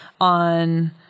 on